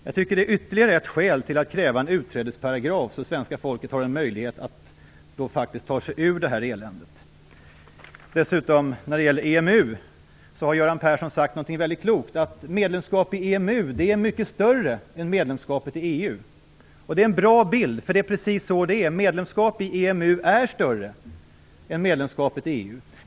Jag tycker att det är ytterligare ett skäl till att kräva en utträdesparagraf, så att svenska folket har en möjlighet att ta sig ur det här eländet. När det gäller EMU har Göran Persson dessutom sagt något mycket klokt: Medlemskap i EMU är mycket större än medlemskapet i EU. Det är en bra bild, för det är precis så det är. Medlemskap i EMU är större än medlemskap i EU.